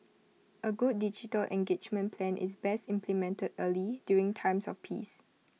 A good digital engagement plan is best implemented early during times of peace